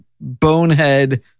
bonehead